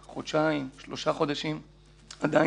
ועוד חודשיים ועוד שלושה חודשים,